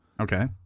Okay